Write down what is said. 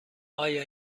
آیا